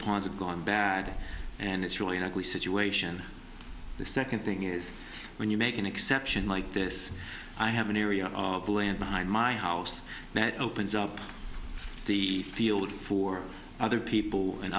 of gone bad and it's really an ugly situation the second thing is when you make an exception like this i have an area of land behind my house that opens up the field for other people and